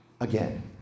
again